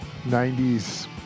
90s